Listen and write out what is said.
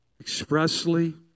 expressly